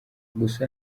gusa